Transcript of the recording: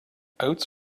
oats